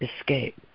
escape